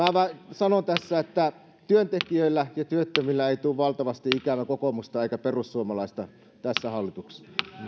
sanon tässä että työntekijöillä ja työttömillä ei tule valtavasti ikävä kokoomusta eikä perussuomalaisia hallituksessa